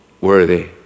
worthy